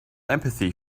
empathy